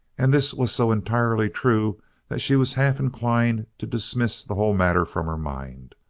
and this was so entirely true that she was half-inclined to dismiss the whole matter from her mind.